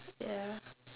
ya